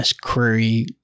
query